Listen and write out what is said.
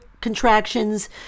contractions